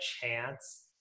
chance